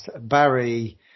Barry